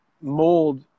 mold